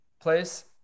place